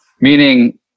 Meaning